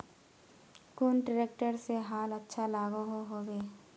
कुन ट्रैक्टर से हाल अच्छा लागोहो होबे?